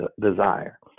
desire